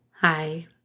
Hi